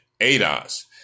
ADOS